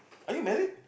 are you married